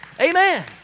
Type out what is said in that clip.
Amen